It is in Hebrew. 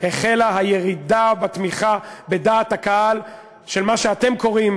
החלה הירידה בתמיכה של דעת הקהל במה שאתם קוראים